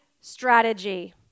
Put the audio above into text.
strategy